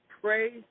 Pray